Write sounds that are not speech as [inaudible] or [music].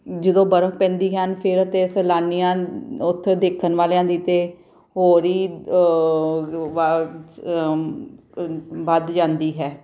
ਜਦੋਂ ਬਰਫ਼ ਪੈਂਦੀ ਹਨ ਫਿਰ ਤਾਂ ਸੈਲਾਨੀਆਂ ਉੱਥੇ ਦੇਖਣ ਵਾਲਿਆਂ ਦੀ ਅਤੇ ਹੋਰ ਹੀ [unintelligible] ਵੱਧ ਜਾਂਦੀ ਹੈ